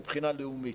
מבחינה לאומית,